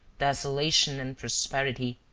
desolation and prosperity,